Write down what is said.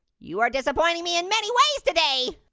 you are disappointing me in many ways today.